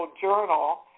journal